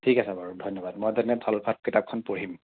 ঠিক আছে বাৰু ধন্যবাদ মই তেনে ধলফাট কিতাপখন পঢ়িম